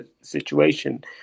situation